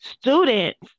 students